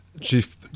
chief